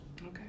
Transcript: Okay